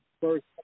first